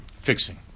fixing